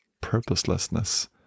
purposelessness